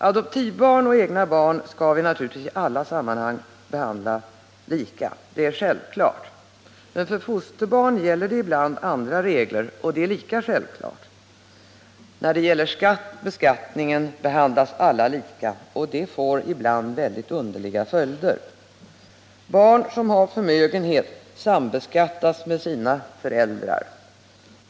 Adoptivbarn och egna barn skall i alla sammanhang behandlas lika. Det är självklart. Men för fosterbarn gäller ibland andra regler, och det är lika självklart. När det gäller beskattningen behandlas alla lika, och det får ibland mycket underliga följder. Barn som har förmögenhet sambeskattas med sina föräldrar.